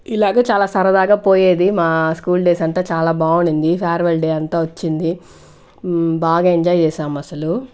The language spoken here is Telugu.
ఇలాగ చాలా సరదాగా పోయేది మా స్కూల్ డేస్ అంతా చాలా బాగునింది ఫేర్వెల్ డే అంతా వచ్చింది బాగా ఎంజాయ్ చేశాము అసలు